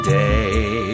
day